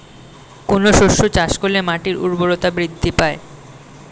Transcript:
কোন শস্য চাষ করলে মাটির উর্বরতা বৃদ্ধি পায়?